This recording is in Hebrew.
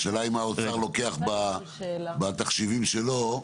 השאלה היא מה האוצר לוקח בתחשיבים שלו?